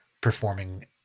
performing